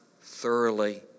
thoroughly